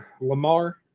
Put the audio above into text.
Lamar